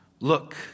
look